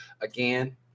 Again